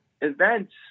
events